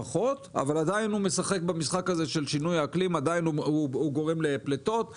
חשמלי כל הזמן יחשבו האם הם צריכים להשתמש ברכב.